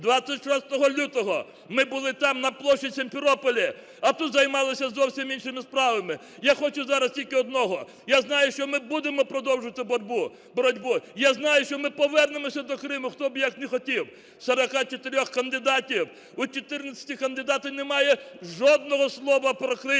26 лютого ми були там, на площі в Сімферополі, а тут займалися зовсім іншими справами. Я хочу зараз тільки одного: я знаю, що ми будемо продовжувати боротьбу, я знаю, що ми повернемося до Криму, хто б як не хотів. Із 44 кандидатів у 14 кандидатів немає жодного слова про Крим.